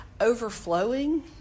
overflowing